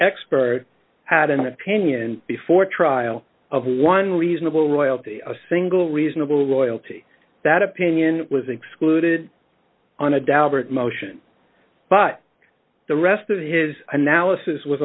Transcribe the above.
expert had an opinion before trial of one reasonable royalty a single reasonable loyalty that opinion was excluded on a daubert motion but the rest of his analysis was